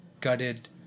gutted